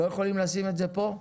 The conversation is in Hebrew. לא יכולים לשים את זה פה?